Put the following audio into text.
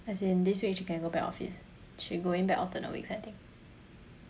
as in this week she can go back office she going back alternate weeks I think